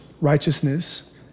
righteousness